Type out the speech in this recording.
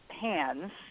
hands